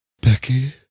Becky